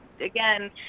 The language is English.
Again